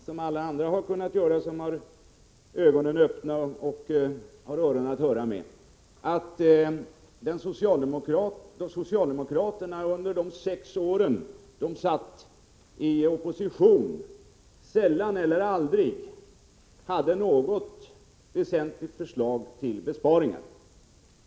Som alla andra som har ögonen öppna och öron att höra med kan jag konstatera att socialdemokraterna under de sex år de befann sig i opposition sällan eller aldrig lade fram något väsentligt förslag till besparingar.